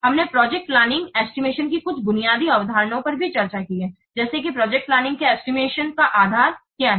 हमने project planning estimation की कुछ बुनियादी अवधारणाओं पर भी चर्चा की है जैसे कि प्रोजेक्ट प्लानिंग के एस्टिमेशन का आधार क्या है